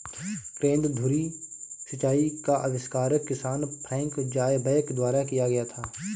केंद्र धुरी सिंचाई का आविष्कार किसान फ्रैंक ज़ायबैक द्वारा किया गया था